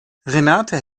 renate